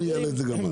אני אעלה את זה גם.